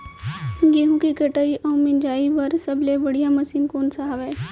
गेहूँ के कटाई अऊ मिंजाई बर सबले बढ़िया मशीन कोन सा हवये?